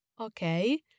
Okay